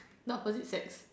not about the sex